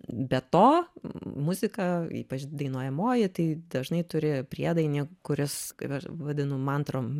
be to muzika ypač dainuojamoji tai dažnai turi priedainį kuris kaip aš vadinu mantrom